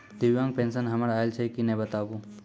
दिव्यांग पेंशन हमर आयल छै कि नैय बताबू?